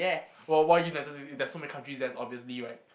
why why United-States there's so many countries that's obviously right